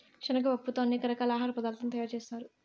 శనగ పప్పుతో అనేక రకాల ఆహార పదార్థాలను తయారు చేత్తారు